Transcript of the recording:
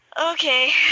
Okay